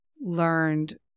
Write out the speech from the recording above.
learned